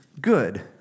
good